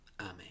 Amen